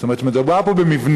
זאת אומרת, מדובר פה במבנה,